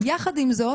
ויחד עם זאת